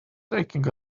taking